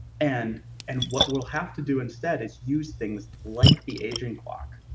and and what we'll have to do instead is use things like the aging clock,